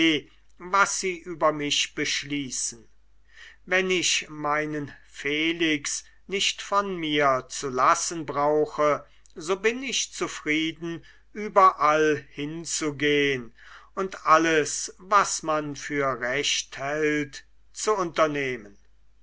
was sie über mich beschließen wenn ich meinen felix nicht von mir zu lassen brauche so bin ich zufrieden überall hinzugehn und alles was man für recht hält zu unternehmen